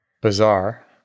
Bizarre